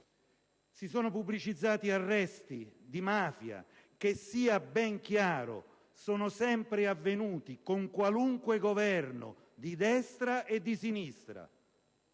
stati pubblicizzati arresti di mafia che, sia ben chiaro, sono sempre avvenuti con qualunque Governo, di destra e di sinistra.